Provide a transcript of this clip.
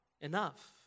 enough